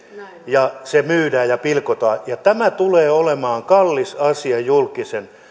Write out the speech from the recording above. ja se myydään ja pilkotaan ja tämä tulee olemaan kallis asia julkisen